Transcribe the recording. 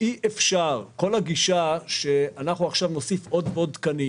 כל הגישה שאנחנו עכשיו נוסיף עוד ועוד תקנים